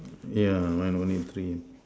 yeah mine only three